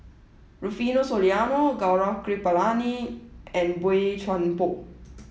Rufino Soliano Gaurav Kripalani and Boey Chuan Poh